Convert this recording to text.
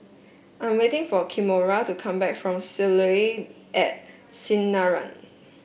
I'm waiting for Kimora to come back from Soleil at Sinaran